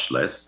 less